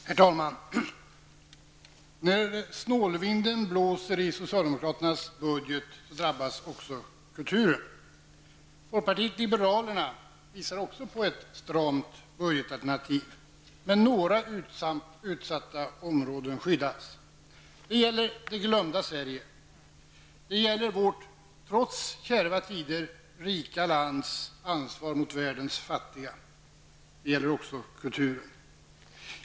Herr talman! När snålvinden blåser i socialdemokraternas budget drabbas också kulturen. Folkpartiet liberalerna visar också upp ett stramt budgetalternativ, men några utsatta områden skyddas. Det gäller det glömda Sverige, det gäller vårt trots kärva tider rika lands ansvar mot världens fattiga. Det gäller också kulturen.